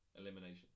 Elimination